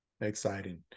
Exciting